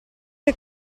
che